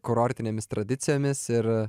kurortinėmis tradicijomis ir